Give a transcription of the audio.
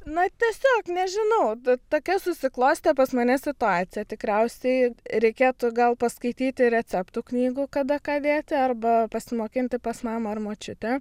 na tiesiog nežinau t tokia susiklostė pas mane situacija tikriausiai reikėtų gal paskaityti receptų knygų kada ką dėti arba pasimokinti pas mamą ar močiutę